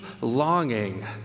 longing